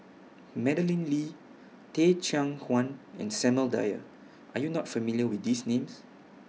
Madeleine Lee Teh Cheang Wan and Samuel Dyer Are YOU not familiar with These Names